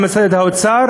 עם משרד האוצר,